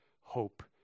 hope